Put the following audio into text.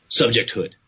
subjecthood